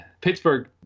Pittsburgh